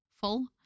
full